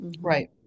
Right